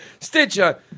Stitcher